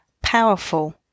Powerful